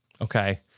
Okay